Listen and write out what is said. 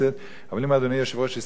אבל אם אדוני היושב-ראש הזכיר את זה,